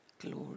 Glory